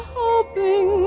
hoping